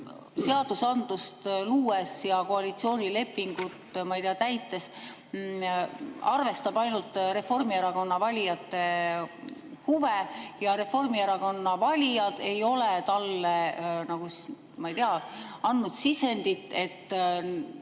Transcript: seadusandlust luues ja koalitsioonilepingut täites arvestab ainult Reformierakonna valijate huve ja Reformierakonna valijad ei ole talle nagu, ma ei tea, andnud sisendit, et